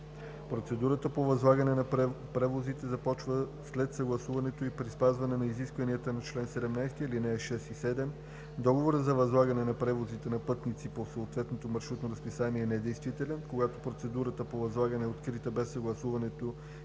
Процедурата по възлагане на превозите започва след съгласуването ѝ при спазване на изискванията на чл. 17, ал. 6 и 7. Договорът за възлагане на превоз на пътници по съответното маршрутно разписание е недействителен, когато процедурата по възлагане е открита без съгласуването